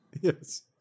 Yes